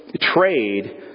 Trade